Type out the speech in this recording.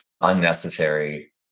unnecessary